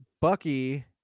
Bucky